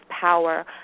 power